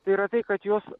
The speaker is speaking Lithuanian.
tai yra tai kad jos